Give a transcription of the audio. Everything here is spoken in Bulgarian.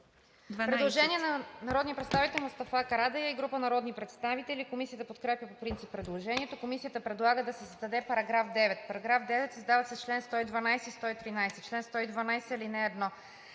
Предложение на народния представител Мустафа Карадайъ и група народни представители. Комисията подкрепя по принцип предложението. Комисията предлага да се създаде § 9: „§ 9. Създават се чл. 112 и 113: „Чл. 112. (1)